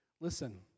Listen